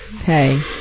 hey